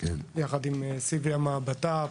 כאיד וסילביה מהבט"פ.